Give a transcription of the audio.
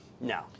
no